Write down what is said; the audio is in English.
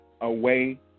away